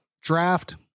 draft